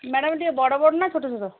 madam ଟିକେ ବଡ଼ ବଡ଼ ନା ଛୋଟ ଛୋଟ